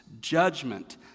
judgment